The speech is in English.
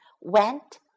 went